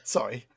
Sorry